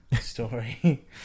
story